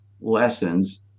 lessons